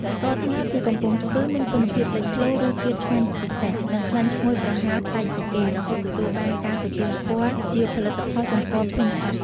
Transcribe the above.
ស្ករត្នោតពីកំពង់ស្ពឺមានគុណភាពលេចធ្លោ រសជាតិឆ្ងាញ់ពិសេស និងក្លិនឈ្ងុយប្រហើរប្លែកពីគេ រហូតទទួលបានការទទួលស្គាល់ជាផលិតផលសម្គាល់ភូមិសាស្ត្រ។